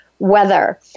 Weather